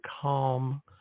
calm